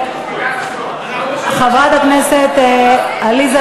(תיקון, הגבלת